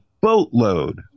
boatload